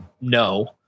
no